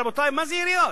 רבותי, מה זה עירייה?